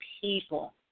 people